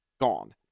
gone